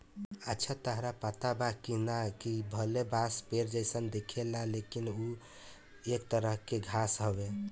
अच्छा ताहरा पता बा की ना, कि भले बांस पेड़ जइसन दिखेला लेकिन उ एक तरह के घास हवे